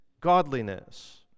godliness